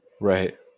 Right